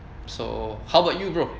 so how about you bro